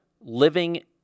living